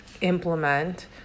implement